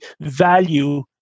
value